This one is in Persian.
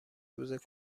روز